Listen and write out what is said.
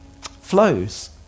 flows